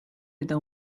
eta